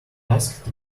asked